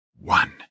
one